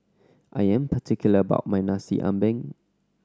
I am particular about my Nasi Ambeng